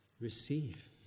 receive